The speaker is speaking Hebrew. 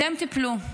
אתם תיפלו,